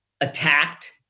attacked